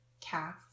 calf